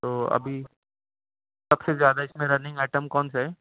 تو ابھی سب سے زیادہ اس میں رننگ آئٹم کون سے ہیں